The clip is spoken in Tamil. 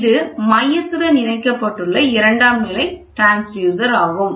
இது மையத்துடன் இணைக்கப்பட்டுள்ள இரண்டாம் நிலை டிரான்ஸ்யூசர் ஆகும்